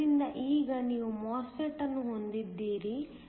ಆದ್ದರಿಂದ ಈಗ ನೀವು MOSFET ಅನ್ನು ಹೊಂದಿದ್ದೀರಿ